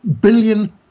billion